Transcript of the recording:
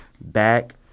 back